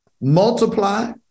multiply